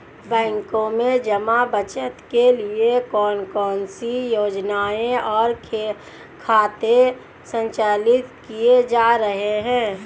बैंकों में जमा बचत के लिए कौन कौन सी योजनाएं और खाते संचालित किए जा रहे हैं?